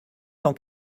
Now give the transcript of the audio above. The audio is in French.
cent